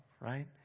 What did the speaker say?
right